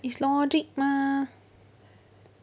it's logic mah